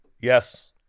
yes